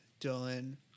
Dylan